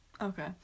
Okay